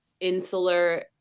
insular